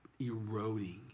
eroding